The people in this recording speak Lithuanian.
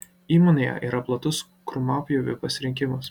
įmonėje yra platus krūmapjovių pasirinkimas